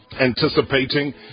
anticipating